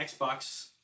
Xbox